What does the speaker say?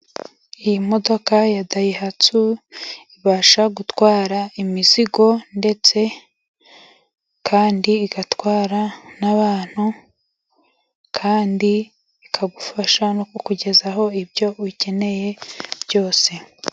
Iyi modoka ya dayihatsu ibasha gutwara imizigo, ndetse kandi igatwara n'abantu, kandi ikagufasha no kukugezayo ibyo ukeneye byose.